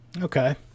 okay